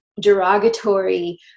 derogatory